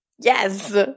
Yes